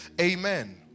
Amen